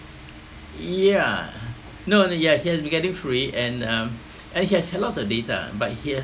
yeah no yes yes he has been getting free and um and he has a lot of data but he has